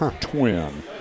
twin